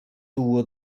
duo